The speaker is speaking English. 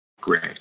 Great